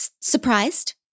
Surprised